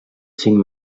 cinc